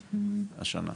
השנה.